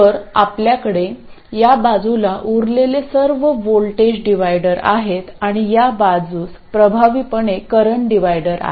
तर आपल्याकडे या बाजूला उरलेले सर्व व्होल्टेज डिव्हायडर आहेत आणि या बाजूस प्रभावीपणे करंट डिव्हायडर आहेत